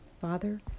Father